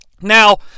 Now